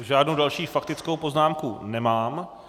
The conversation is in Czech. Žádnou další faktickou poznámku nemám.